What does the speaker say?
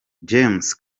james